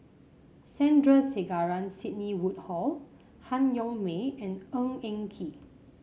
Sandrasegaran Sidney Woodhull Han Yong May and Ng Eng Kee